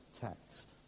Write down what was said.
text